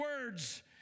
words